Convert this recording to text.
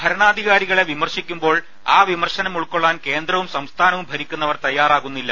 ഭരണാധികാരികളെ വിമർശിക്കുമ്പോൾ ആ വിമർശനം ഉൾക്കൊള്ളാൻ കേന്ദ്രവും സംസ്ഥാനവും ഭരിക്കുന്നവർ തയ്യാറാവുന്നില്ല